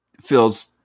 feels